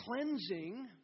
cleansing